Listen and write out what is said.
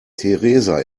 theresa